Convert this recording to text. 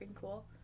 cool